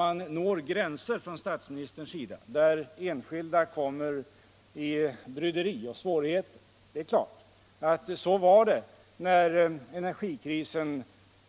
Här har statsministern ifrågasatt om man når gränser där enskilda kommer i bryderi och svårigheter. Det är klart att det var så när energikrisen